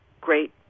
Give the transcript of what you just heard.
great